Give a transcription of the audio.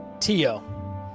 Tio